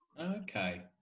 Okay